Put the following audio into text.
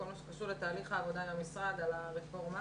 כל מה שקשור לתהליך העבודה עם המשרד על הרפורמה.